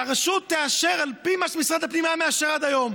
והרשות תאשר על פי מה שמשרד הפנים היה מאשר עד היום.